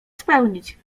spełnić